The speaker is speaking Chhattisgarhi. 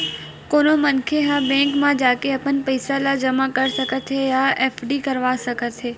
कोनो मनखे ह बेंक म जाके अपन पइसा ल जमा कर सकत हे या एफडी करवा सकत हे